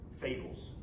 fables